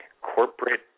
Corporate